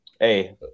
hey